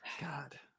God